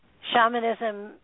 shamanism